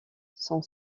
son